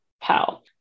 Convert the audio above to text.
pal